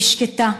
והיא שקטה,